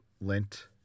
lint